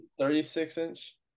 36-inch